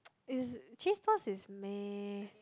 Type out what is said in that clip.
it's cheese sauce is may